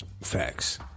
Facts